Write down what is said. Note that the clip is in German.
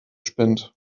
spinnt